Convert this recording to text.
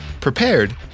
prepared